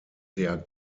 der